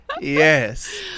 Yes